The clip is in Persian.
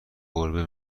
گربه